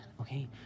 okay